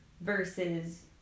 versus